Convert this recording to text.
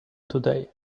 today